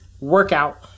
workout